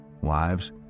Wives